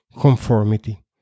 conformity